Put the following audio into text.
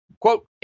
quote